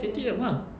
K_T_M ah